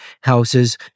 Houses